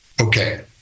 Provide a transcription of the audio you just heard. Okay